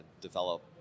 develop